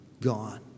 gone